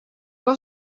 was